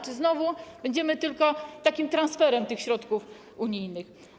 Czy znowu będziemy tylko takim transferem tych środków unijnych?